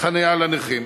חנייה לנכים.